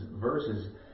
verses